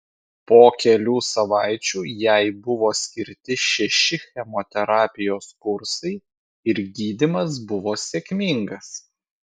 po kelių savaičių jai buvo skirti šeši chemoterapijos kursai ir gydymas buvo sėkmingas